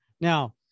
Now